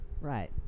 Right